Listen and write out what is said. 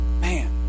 man